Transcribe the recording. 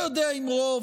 לא יודע אם רוב,